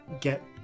get